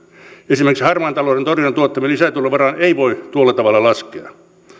esimerkiksi harmaan talouden torjunnan tuottaman lisätulon varaan ei voi tuolla tavalla laskea